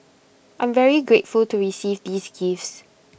I'm very grateful to receive these gifts